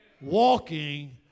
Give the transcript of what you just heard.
Walking